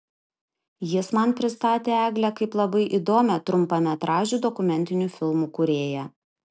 jis man pristatė eglę kaip labai įdomią trumpametražių dokumentinių filmų kūrėją